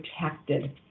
protected